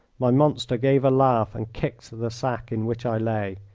my monster gave a laugh and kicked the sack in which i lay.